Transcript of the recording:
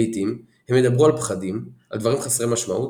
לעיתים, הם ידברו על פחדים, על דברים חסרי משמעות